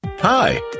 Hi